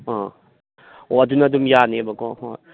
ꯑꯥ ꯑꯣ ꯑꯗꯨꯅ ꯑꯗꯨꯝ ꯌꯥꯅꯦꯕꯀꯣ ꯍꯣꯏ